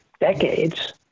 decades